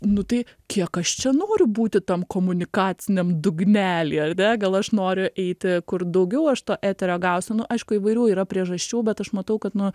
nu tai kiek aš čia noriu būti tam komunikaciam dugnely ar ne gal aš noriu eiti kur daugiau aš to eterio gausiu nu aišku įvairių yra priežasčių bet aš matau kad nu